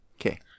Okay